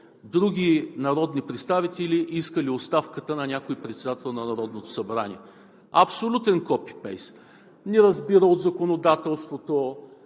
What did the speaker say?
други народни представители, искали оставката на някой председател на Народното събрание. Абсолютен копи-пейст – не разбира от законодателството,